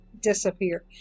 disappear